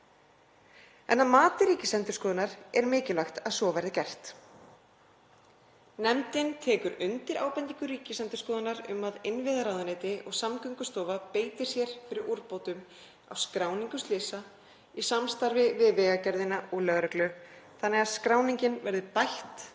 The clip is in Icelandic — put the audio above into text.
en að mati Ríkisendurskoðunar er mikilvægt að svo verði gert. Nefndin tekur undir ábendingu Ríkisendurskoðunar um að innviðaráðuneyti og Samgöngustofa beiti sér fyrir úrbótum á skráningu slysa í samstarfi við Vegagerðina og lögreglu þannig að skráningin verði bætt